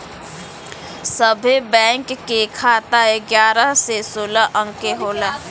सभे बैंक के खाता एगारह से सोलह अंक के होला